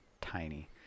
tiny